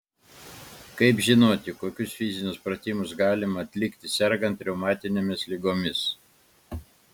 kaip žinoti kokius fizinius pratimus galima atlikti sergant reumatinėmis ligomis